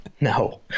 No